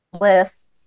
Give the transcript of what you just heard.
lists